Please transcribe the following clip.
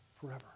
forever